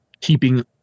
keeping